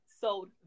sold